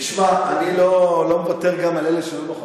תשמע, אני לא מוותר גם על אלה שלא נוכחים.